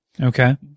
Okay